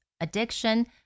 addiction